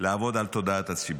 לעבוד על תודעת הציבור.